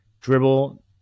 dribble